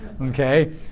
okay